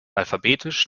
alphabetisch